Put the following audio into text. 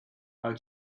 how